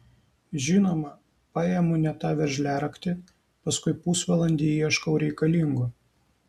žinoma paimu ne tą veržliaraktį paskui pusvalandį ieškau reikalingo